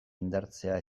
indartzea